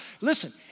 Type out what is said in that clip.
listen